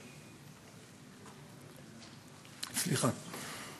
סליחה,